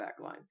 backline